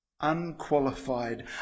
Unqualified